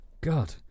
God